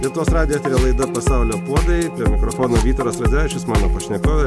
lietuvos radijo laida pasaulio puodai mikrofonu vytaras radzevičius mano pašnekovė